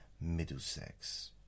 Middlesex